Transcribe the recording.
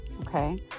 Okay